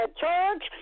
church